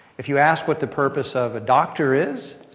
if you ask what the purpose of a doctor is,